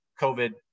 COVID